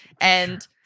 and-